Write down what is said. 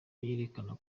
yerekana